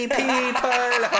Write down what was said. people